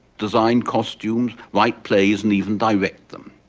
design costumes, write plays and even direct them.